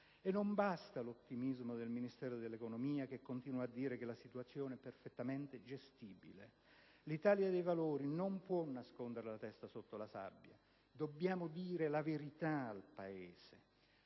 Non basta l'ottimismo del Ministro dell'economia e delle finanze che continua a dire che la situazione è perfettamente gestibile. L'Italia dei Valori non può nascondere la testa sotto la sabbia: dobbiamo dire la verità al Paese!